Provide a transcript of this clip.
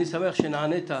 אני שמח שנענית,